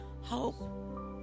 hope